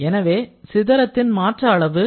எனவே சிதறத்தின் மாற்ற அளவு 0